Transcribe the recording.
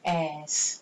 as